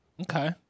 Okay